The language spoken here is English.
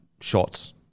shots